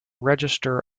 register